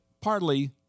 partly